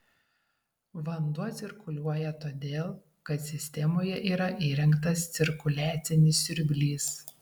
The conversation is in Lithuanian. vanduo cirkuliuoja todėl kad sistemoje yra įrengtas cirkuliacinis siurblys